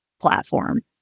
platform